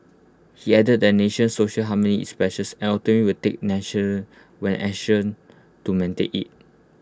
he added that the nation social harmony is precious and authorities will take action when necessary to maintain IT